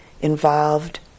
involved